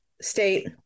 state